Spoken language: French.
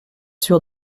sûr